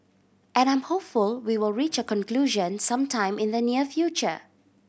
and I'm hopeful we will reach a conclusion some time in the near future